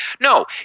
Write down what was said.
No